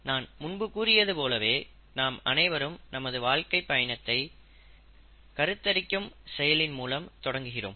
நான் முன்பு கூறியது போலவே நாம் அனைவரும் நமது வாழ்க்கை பயணத்தை கருத்தரிக்கும் செயலின் மூலம் தொடங்குகிறோம்